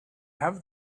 have